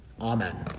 Amen